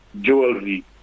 jewelry